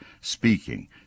speaking